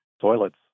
toilets